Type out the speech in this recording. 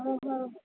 ହଉ ହଉ